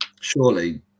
surely